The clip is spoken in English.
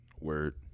Word